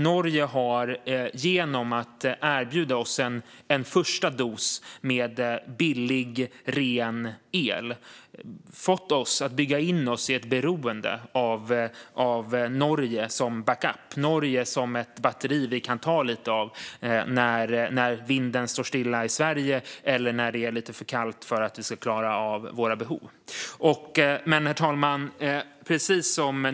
Norge har genom att erbjuda oss en första dos med billig ren el fått oss att bygga in oss i ett beroende av Norge som backup. Norge blir som ett batteri, som vi kan ta lite av när det inte är någon vind i Sverige eller när det är lite för kallt för att vi ska klara av att tillgodose våra behov. Herr talman!